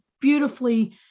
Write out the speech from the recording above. beautifully